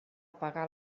pagar